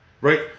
right